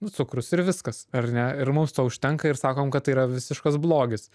nu cukrus ir viskas ar ne ir mums to užtenka ir sakom kad tai yra visiškas blogis